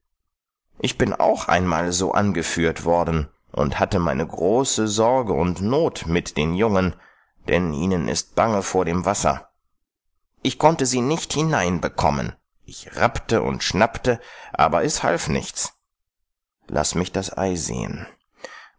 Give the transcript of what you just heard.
ich bin auch einmal so angeführt worden und hatte meine große sorge und not mit den jungen denn ihnen ist bange vor dem wasser ich konnte sie nicht hinein bekommen ich rappte und schnappte aber es half nichts laß mich das ei sehen